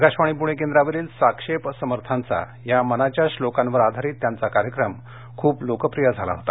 आकाशवाणी पूणे केंद्रावरील साक्षेप समर्थांचा हा मनाच्या श्लोकांवर आधारित त्यांचा कार्यक्रम खुप लोकप्रिय झाला होता